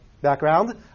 background